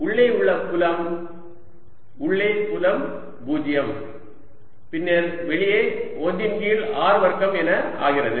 எனவே உள்ளே உள்ள புலம் உள்ளே புலம் 0 பின்னர் வெளியே 1 இன் கீழ் r வர்க்கம் என ஆகிறது